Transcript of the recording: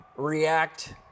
react